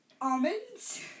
Almonds